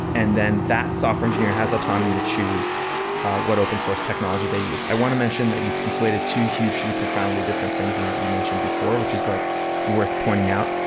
and then that software engineer has autonomy to choose what open source technology they use. i want to mention that you've conflated two hugely profoundly different things in what you mentioned before, which is like worth pointing out.